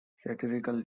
satirical